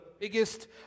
biggest